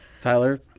Tyler